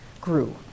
grew